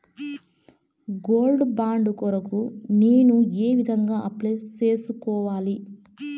Gold bond కొరకు నేను ఏ విధంగా అప్లై సేసుకోవాలి?